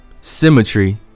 symmetry